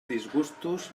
disgustos